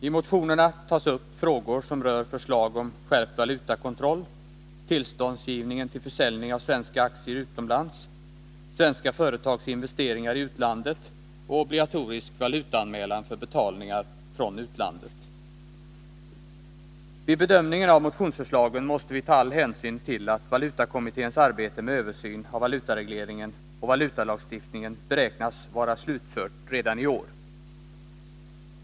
I motionerna tas upp frågor som rör förslag om skärpt valutakontroll, tillståndsgivningen till försäljning av svenska aktier utomlands, svenska företags investeringar i utlandet och obligatorisk valutaanmälan för betalningar från utlandet. Vid bedömningen av motionsförslagen måste vi ta all hänsyn till att valutakommitténs arbete med översyn av valutaregleringen och valutalagstiftningen beräknas vara slutfört i år.